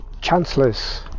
chancellors